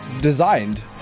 designed